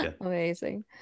Amazing